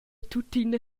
tuttina